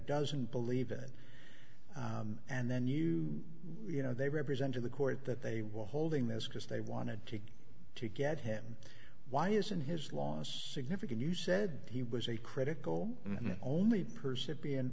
doesn't believe it and then you you know they represent to the court that they were holding this because they wanted to to get him why isn't his last significant you said he was a critical and only person